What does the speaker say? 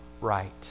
right